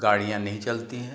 गाड़ियाँ नहीं चलती हैं